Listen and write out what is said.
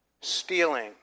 Stealing